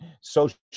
social